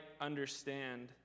understand